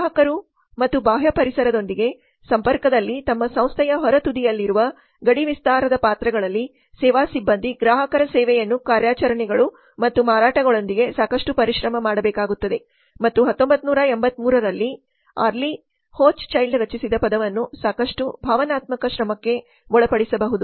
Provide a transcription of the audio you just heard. ಗ್ರಾಹಕರು ಮತ್ತು ಬಾಹ್ಯ ಪರಿಸರದೊಂದಿಗೆ ಸಂಪರ್ಕದಲ್ಲಿ ತಮ್ಮ ಸಂಸ್ಥೆಯ ಹೊರ ತುದಿಯಲ್ಲಿರುವ ಗಡಿ ವಿಸ್ತಾರದ ಪಾತ್ರಗಳಲ್ಲಿ ಸೇವಾ ಸಿಬ್ಬಂದಿ ಗ್ರಾಹಕ ಸೇವೆಯನ್ನು ಕಾರ್ಯಾಚರಣೆಗಳು ಮತ್ತು ಮಾರಾಟಗಳೊಂದಿಗೆ ಸಾಕಷ್ಟು ಪರಿಶ್ರಮ ಮಾಡಬೇಕಾಗುತ್ತದೆ ಮತ್ತು 1983 ರಲ್ಲಿ ಆರ್ಲೀ ಹೊಚ್ಚೈಲ್ಡ್ ರಚಿಸಿದ ಪದವನ್ನು ಸಾಕಷ್ಟು ಭಾವನಾತ್ಮಕ ಶ್ರಮಕ್ಕೆ ಒಳಪಡಿಸಬಹುದು